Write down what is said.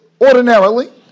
ordinarily